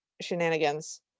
shenanigans